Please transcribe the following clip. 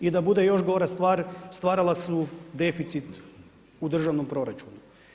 I da bude još gora stvar stvarala su deficit u državnom proračunu.